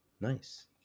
Nice